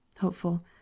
Hopeful